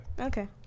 Okay